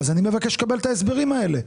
אני מבקש לקבל את ההסברים האלה.